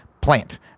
plant